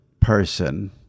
person